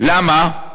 למה?